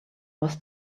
was